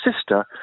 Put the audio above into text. sister